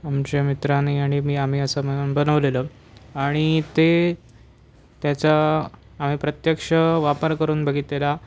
आमच्या मित्राने आणि मी आम्ही असं मिळून बनवलेलं आणि ते त्याचा आम्ही प्रत्यक्ष वापर करून बघितलेला